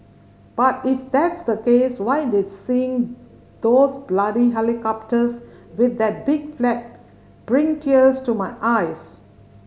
but if that's the case why did seeing those bloody helicopters with that big flag bring tears to my eyes